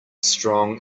strong